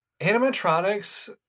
Animatronics